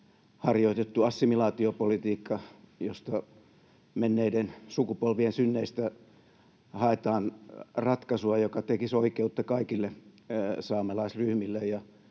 harjoitettu assimilaatiopolitiikka, kun menneiden sukupolvien synneistä haetaan ratkaisua, joka tekisi oikeutta kaikille saamelaisryhmille.